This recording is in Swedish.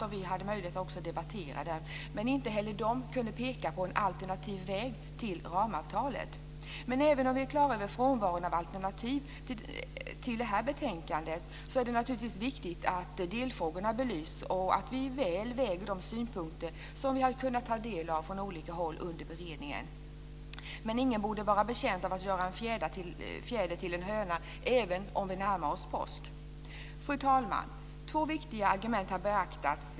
Vi hade också möjlighet att debattera dem. Men inte heller de kunde peka på ett alternativ till ramavtalet. Även om vi är klara över frånvaron av alternativ till det här betänkandet är det naturligtvis viktigt att delfrågorna blir belysta och att vi väl väger de synpunkter som vi har kunnat ta del av från olika håll under beredningen. Men ingen borde vara betjänt av att göra en fjäder till en höna - även om vi närmar oss påsk. Fru talman! Två viktiga argument har beaktats.